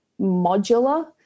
modular